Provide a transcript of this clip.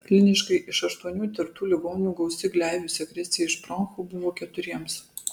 kliniškai iš aštuonių tirtų ligonių gausi gleivių sekrecija iš bronchų buvo keturiems